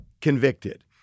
convicted